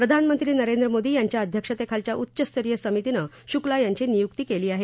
प्रधानमंत्री नरेंद्र मोदी यांच्या अध्यक्षतेखालच्या उच्च स्तरीय समितीनं शुक्ला यांची नियुक्ती केली आहे